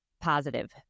positive